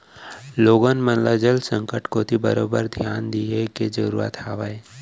लोगन मन ल जल संकट कोती बरोबर धियान दिये के जरूरत हावय